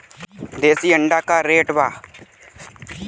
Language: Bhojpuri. देशी अंडा का रेट बा?